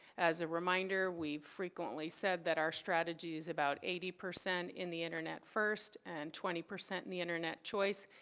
as a reminder, we frequently said that our strategies about eighty percent in the internet first and twenty percent in the internet choice.